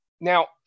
now